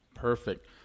Perfect